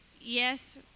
Yes